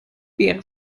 wer